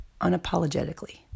unapologetically